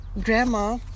Grandma